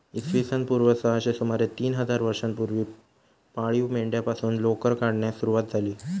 इसवी सन पूर्व सहाशे सुमारे तीन हजार वर्षांपूर्वी पाळीव मेंढ्यांपासून लोकर काढण्यास सुरवात झाली